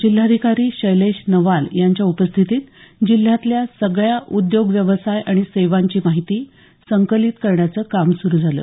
जिल्हाधिकारी शैलेश नवाल यांच्या उपस्थितीत जिल्ह्यातल्या सगळ्या उद्योग व्यवसाय आणि सेवांची माहिती संकलित करण्याचं काम सुरू झालं